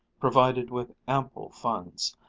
provided with ample funds,